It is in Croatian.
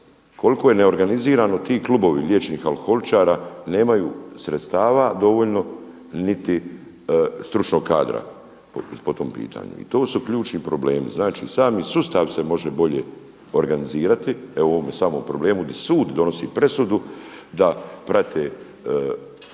koliko je neorganizirano ti klubovi liječenih alkoholičara nemaju sredstava dovoljno niti stručnog kadra po tom pitanju. I to su ključni problemi. Znači sami sustav se može bolje organizirati evo o ovome samo problemu gdje sud donosi presudu da prate